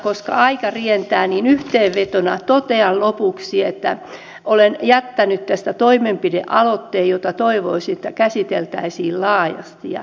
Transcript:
koska aika rientää niin yhteenvetona totean lopuksi että olen jättänyt tästä toimenpidealoitteen ja toivoisin että sitä käsiteltäisiin laajasti